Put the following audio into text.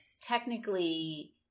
technically